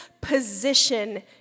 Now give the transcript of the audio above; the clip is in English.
position